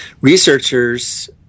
researchers